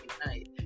tonight